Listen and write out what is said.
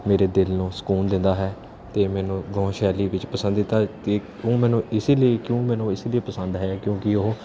ਮੇਰੇ ਦਿਲ ਨੂੰ ਸਕੂਨ ਦਿੰਦਾ ਹੈ ਅਤੇ ਮੈਨੂੰ ਗਾਉਣ ਸ਼ੈਲੀ ਵਿੱਚ ਪਸੰਦੀਤਾ ਦੀ ਉਹ ਮੈਨੂੰ ਇਸ ਲਈ ਕਿਉਂ ਮੈਨੂੰ ਇਸ ਲਈ ਪਸੰਦ ਹੈ ਕਿਉਂਕਿ ਉਹ